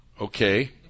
Okay